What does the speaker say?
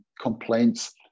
complaints